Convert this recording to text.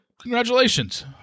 Congratulations